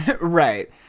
Right